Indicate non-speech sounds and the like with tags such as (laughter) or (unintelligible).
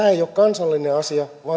(unintelligible) ei ole kansallinen asia vaan tämä on